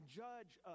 judge